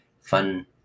fun